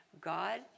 God